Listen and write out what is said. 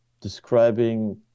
describing